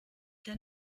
der